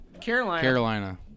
Carolina